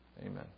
Amen